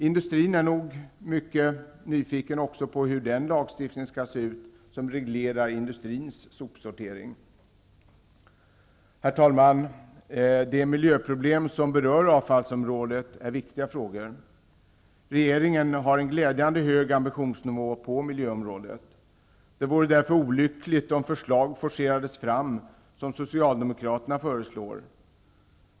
Industrin är nog också mycket nyfiken på hur den lagstiftning skall se ut som reglerar industrins sopsortering. Herr talman! De miljöproblem som berör avfallsområdet är viktiga frågor. Regeringen har en glädjande hög ambitionsnivå på miljöområdet. Det vore därför olyckligt om förslag forcerades fram, som Socialdemokraterna vill.